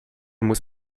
muss